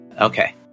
Okay